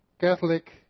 Catholic